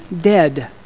dead